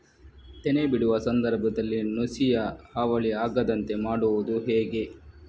ತೆನೆ ಬಿಡುವ ಸಂದರ್ಭದಲ್ಲಿ ನುಸಿಯ ಹಾವಳಿ ಆಗದಂತೆ ಮಾಡುವುದು ಹೇಗೆ?